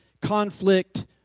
conflict